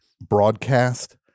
broadcast